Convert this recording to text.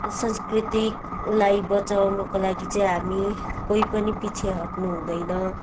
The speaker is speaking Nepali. संस्कृतिलाई बचाउनुको लागि चाहिँ हामी कोही पनि पछि हट्नु हुँदैन